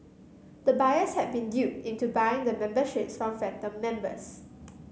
the buyers had been duped into buying the memberships from phantom members